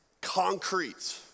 concrete